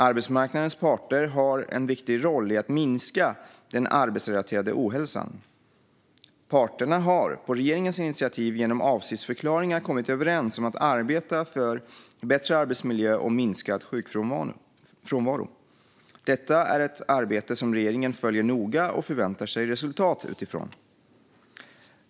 Arbetsmarknadens parter har en viktig roll i att minska den arbetsrelaterade ohälsan. Parterna har på regeringens initiativ genom avsiktsförklaringar kommit överens om att arbeta för bättre arbetsmiljö och minskad sjukfrånvaro. Detta är ett arbete som regeringen följer noga och förväntar sig resultat utifrån.